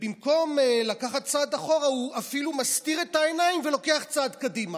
ובמקום לקחת צעד אחורה הוא אפילו מסתיר את העיניים ולוקח צעד קדימה,